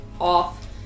off